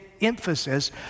emphasis